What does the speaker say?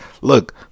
look